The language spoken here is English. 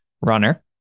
runner